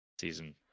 season